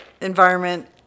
environment